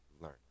learn